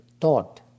thought